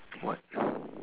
what